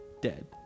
dead